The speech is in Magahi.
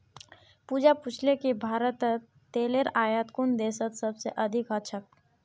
पूजा पूछले कि भारतत तेलेर आयात कुन देशत सबस अधिक ह छेक